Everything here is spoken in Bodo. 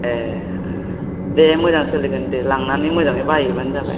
ए दे मोजां सोलिगोन दे लांनानै मोजाङै बाहायहैबानो जाबाय